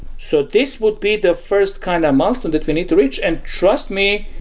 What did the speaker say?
so this would be the first kind of milestone that we need to reach. and trust me,